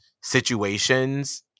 situations